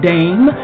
Dame